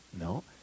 No